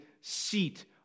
seat